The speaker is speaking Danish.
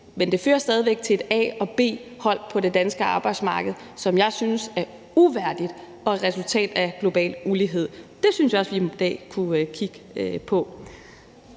Men det fører stadig væk til et A- og et B-hold på det danske arbejdsmarked, som jeg synes er uværdigt at se, og det er et resultat af global ulighed. Det synes jeg også vi i en dag kunne kigge på.